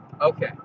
Okay